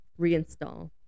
reinstall